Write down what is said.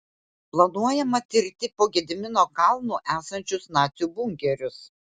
planuojama tirti po gedimino kalnu esančius nacių bunkerius